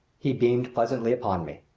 he beamed pleasantly upon me.